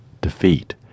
defeat